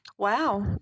Wow